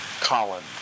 Colin